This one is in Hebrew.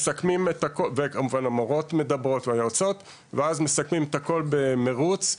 גם המורות והיועצות מדברות ואז מסכמים את הכל במרוץ,